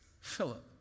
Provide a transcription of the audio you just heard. Philip